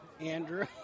Andrew